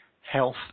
health